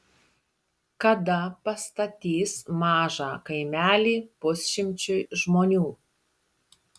kada pastatys mažą kaimelį pusšimčiui žmonių